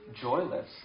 joyless